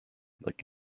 like